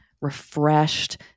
refreshed